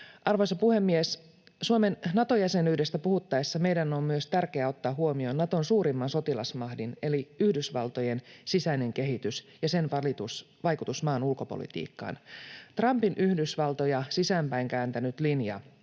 Arvoisa puhemies! Suomen Nato-jäsenyydestä puhuttaessa meidän on myös tärkeää ottaa huomioon Naton suurimman sotilasmahdin eli Yhdysvaltojen sisäinen kehitys ja sen vaikutus maan ulkopolitiikkaan. Trumpin Yhdysvaltoja sisäänpäin kääntänyt linja